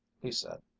he said.